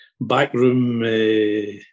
backroom